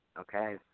Okay